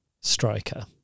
striker